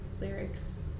lyrics